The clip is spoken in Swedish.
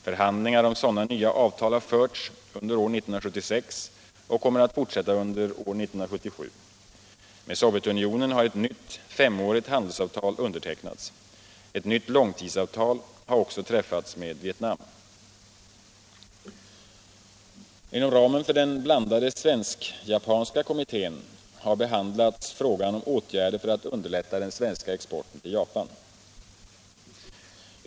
Förhandlingar om sådana nya avtal har förts under år 1976 och kommer att fortsätta under år 1977. Med Sovjetunionen har ett nytt femårigt handelsavtal undertecknats. Ett nytt långtidsavtal har också träffats med Vietnam. Inom ramen för den blandade svensk-japanska kommittén har behandlats frågan om åtgärder för att underlätta den svenska exporten till Japan.